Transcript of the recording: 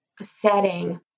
setting